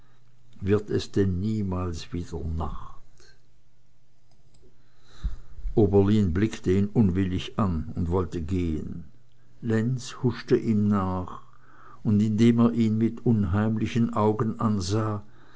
wird es denn niemals wieder nacht oberlin blickte ihn unwillig an und wollte gehen lenz huschte ihm nach und indem er ihn mit unheimlichen augen ansah